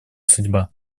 судьба